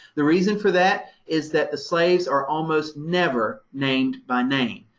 the reason for that is that the slaves are almost never named by name.